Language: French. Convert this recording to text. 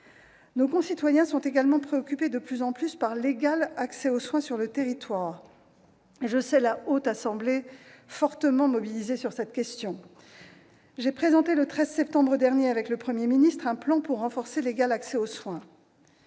Nos concitoyens sont également de plus en plus préoccupés par l'égal accès aux soins sur le territoire, et je sais la Haute Assemblée fortement mobilisée sur cette question. J'ai présenté, le 13 septembre dernier, avec le Premier ministre, un plan pour renforcer l'égal accès aux soins.